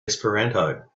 esperanto